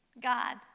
God